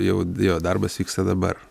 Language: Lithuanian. jau jo darbas vyksta dabar